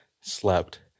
slept